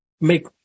make